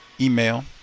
email